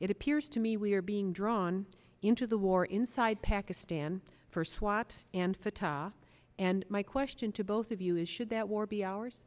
it appears to me we are being drawn into the war inside pakistan for swaps and fatah and my question to both of you is should that war be ours